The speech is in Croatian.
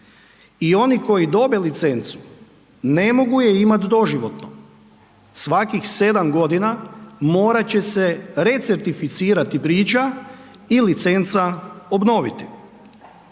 i oni koji dobe licencu ne mogu je imat doživotno, svakih 7.g. morat će se receptificirati priča i licenca obnoviti.